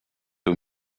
aux